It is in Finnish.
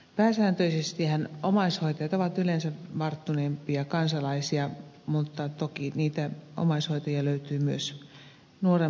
pääsääntöisestihän omais hoitajat ovat yleensä varttuneempia kansalaisia mutta toki niitä omaishoitajia löytyy nuoremmastakin väestöstä